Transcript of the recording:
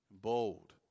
bold